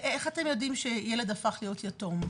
איך אתם יודעים שילד הפך להיות יתום,